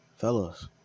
Fellas